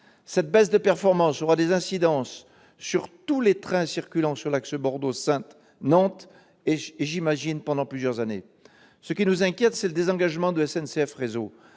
Cette baisse de performance aura des incidences sur tous les trains circulant sur l'axe Bordeaux-Saintes-Nantes, et ce, j'imagine, pendant plusieurs années. Ce qui nous inquiète, c'est le désengagement de SNCF Réseau